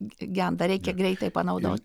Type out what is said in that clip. genda reikia greitai panaudot